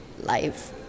life